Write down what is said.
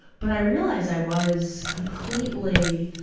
but i realize i was completely,